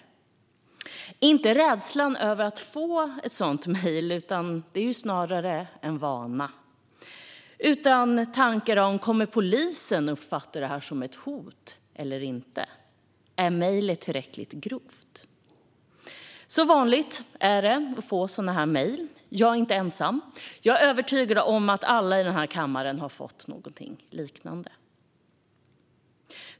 Det handlade inte om rädsla över att få ett sådant mejl - det är snarare en vana - utan om tankar på om polisen kommer att uppfatta det som ett hot eller inte. Är mejlet tillräckligt grovt? Så vanligt är det att få sådana här mejl. Jag är inte ensam; jag är övertygad om att alla i denna kammare har fått någonting liknande.